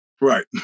right